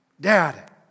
Dad